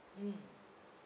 mm